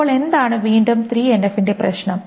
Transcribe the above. അപ്പോൾ എന്താണ് വീണ്ടും 3NF ന്റെ പ്രശ്നം